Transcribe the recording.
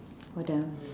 what else